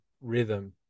rhythm